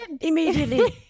immediately